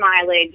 mileage